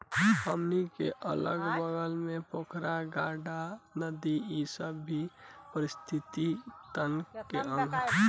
हमनी के अगल बगल के पोखरा, गाड़हा, नदी इ सब भी ए पारिस्थिथितिकी तंत्र के अंग ह